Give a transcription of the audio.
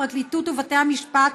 הפרקליטות ובתי המשפט,